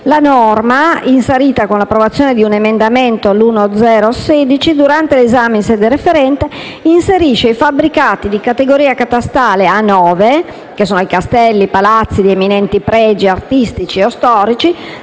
La norma, introdotta con l'approvazione di un emendamento durante l'esame in sede referente, inserisce i fabbricati di categoria catastale A9, che sono i castelli e i palazzi di eminenti pregi artistici o storici,